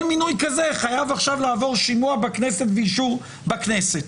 מינוי כזה חייב עכשיו לעבור שימוע בכנסת ואישור בכנסת.